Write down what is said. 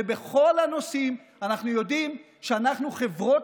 בכל הנושאים אנחנו יודעים שאנחנו חברות,